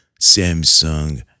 Samsung